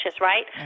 right